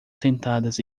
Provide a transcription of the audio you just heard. sentadas